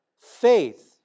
faith